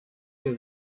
sie